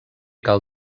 cal